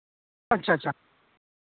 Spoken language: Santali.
ᱟᱪᱪᱷᱟ ᱟᱪᱪᱷᱟ